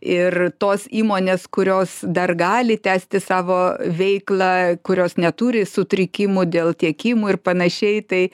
ir tos įmonės kurios dar gali tęsti savo veiklą kurios neturi sutrikimų dėl tiekimo ir panašiai tai